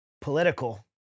political